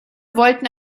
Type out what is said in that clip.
wollten